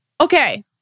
Okay